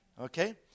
Okay